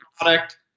product